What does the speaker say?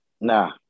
nah